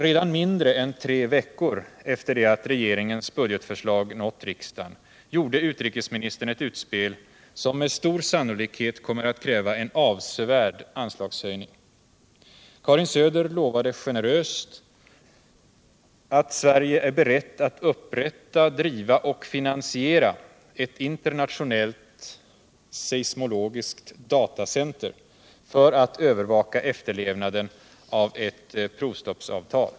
Redan mindre än tre veckor efter det att regeringens budgetförslag nått riksdagen gjorde utrikesministern ett utspel, som med stor sannolikhet kommer att kräva en avsevärd anslagshöjning. Karin Söder lovade generöst att Sverige är berett att upprätta, driva och finansiera ett internationellt seismologiskt datacentrum för att övervaka efterlevnaden av ett provstoppsavtal.